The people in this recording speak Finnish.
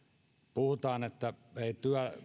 puhutaan että tämä porukka ei